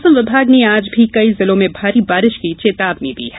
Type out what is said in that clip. मौसम विभाग ने आज भी कई जिलों में भारी बारिश की चेतावनी दी है